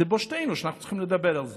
לבושתנו אנחנו צריכים לדבר על זה.